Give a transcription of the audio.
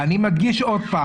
אני מדגיש שוב,